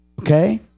Okay